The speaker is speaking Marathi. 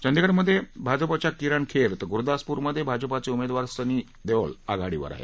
चंदीगडमधे भाजपाच्या किरण खेर तर गुरुदासपूर मधून भाजपाचे उमेदवार सनी देवल आघाडीवर आहेत